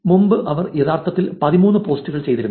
മുമ്പ് അവർ യഥാർത്ഥത്തിൽ 13 പോസ്റ്റുകൾ ചെയ്തിരുന്നു